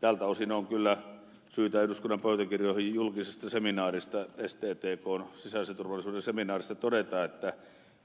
tältä osin on kyllä syytä todeta eduskunnan pöytäkirjoihin julkisesta seminaarista sttkn sisäisen turvallisuuden seminaarista että